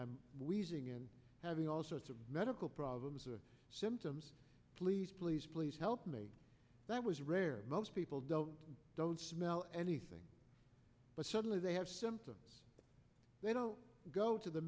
i'm wheezing and having all sorts of medical problems or symptoms please please please help me i was rare most people don't don't smell anything but suddenly they have symptoms they don't go to the